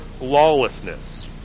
lawlessness